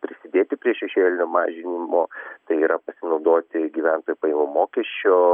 prisidėti prie šešėlio mažinimo tai yra pasinaudoti gyventojų pajamų mokesčio